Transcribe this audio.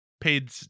paid